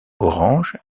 orange